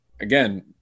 again